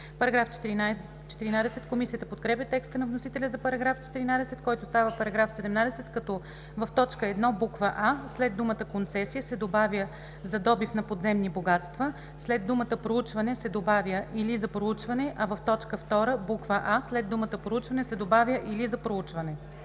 става § 16. Комисията подкрепя текста на вносителя за § 14, който става § 17, като в т. 1, буква „а“ след думата „концесия“ се добавя „за добив на подземни богатства“, след думата „проучване“ се добавя „или за проучване“, а в т. 2, буква „а“ след думата „проучване“ се добавя „или за проучване“.